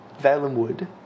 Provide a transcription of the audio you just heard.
Valenwood